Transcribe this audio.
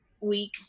week